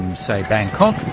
say, bangkok,